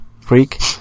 Freak